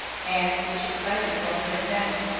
and which excited wonder in many,